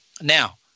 Now